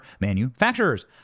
manufacturers